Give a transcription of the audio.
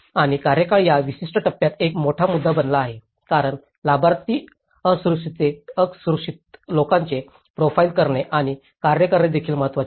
आणि कार्यकाळ या विशिष्ट टप्प्यात एक मोठा मुद्दा बनला आहे कारण लाभार्थी असुरक्षित लोकांचे प्रोफाइल करणे आणि कार्य करणे देखील महत्त्वाचे आहे